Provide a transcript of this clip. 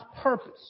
purpose